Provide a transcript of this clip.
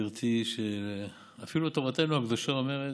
גברתי, שאפילו תורתנו הקדושה אומרת: